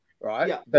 right